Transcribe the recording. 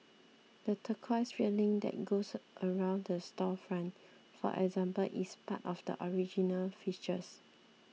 the turquoise railing that goes around the storefront for example is part of the original fixtures